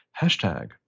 hashtag